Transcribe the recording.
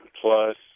Plus